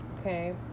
okay